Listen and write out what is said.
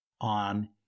on